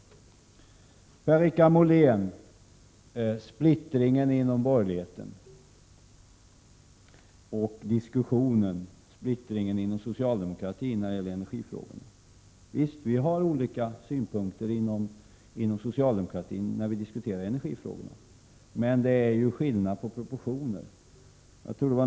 Så till diskussionen om splittringen inom borgerligheten resp. inom socialdemokratin när det gäller energifrågorna, Per-Richard Molén! Ja, visst har vi inom socialdemokratin olika synpunkter när vi diskuterar energifrågorna. Men det är skillnad på proportionerna.